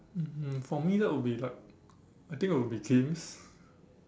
um for me that would be like I think it'll be games